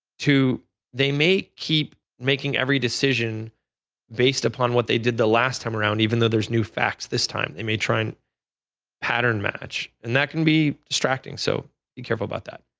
they may keep making every decision based upon what they did the last time around even though there's new fax this time. they may try and pattern match. and that can be distracting, so be careful about that.